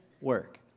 work